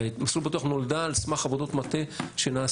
הרי "מסלול בטוח" נולדה על סמך עבודות מטה שנעשו,